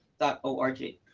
dot o r g.